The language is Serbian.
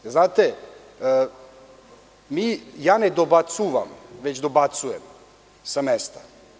Znate, ja ne „dobacuvam“, već dobacujem sa mesta.